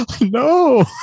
no